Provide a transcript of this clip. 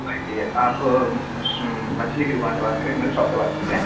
یہ آپ مچھلی کی دکان سے بات کر رہے ہیں میٹ شاپ سے بات کر رہے ہیں